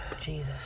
Jesus